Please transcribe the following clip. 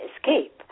escape